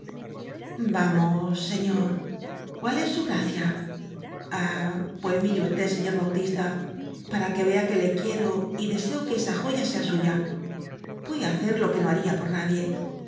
vamos señor cuál es su gracia ah pues mire usted señor bautista para que vea que le quiero y deseo que esa joya sea suya voy á hacer lo que no haría por nadie